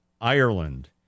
Ireland